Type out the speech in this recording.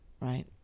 right